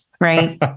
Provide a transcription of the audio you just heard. right